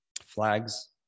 flags